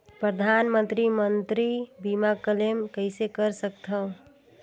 परधानमंतरी मंतरी बीमा क्लेम कइसे कर सकथव?